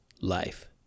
life